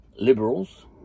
liberals